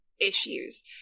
issues